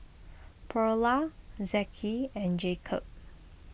Pearla Zeke and Jakob